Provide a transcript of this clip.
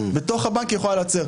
בתוך הבנק היא יכולה להיעצר.